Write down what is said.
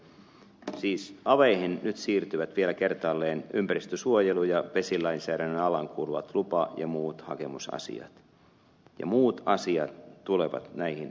siis aveihin nyt siirtyvät vielä kertaalleen ympäristönsuojelu ja vesilainsäädännön alaan kuuluvat lupa ja muut hakemusasiat ja muut asiat tulevat elyihin